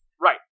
Right